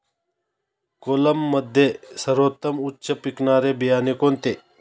कोलममध्ये सर्वोत्तम उच्च पिकणारे बियाणे कोणते?